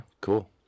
cool